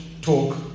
talk